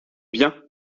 bien